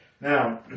Now